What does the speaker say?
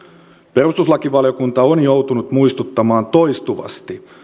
perustuslakivaliokunta on joutunut muistuttamaan toistuvasti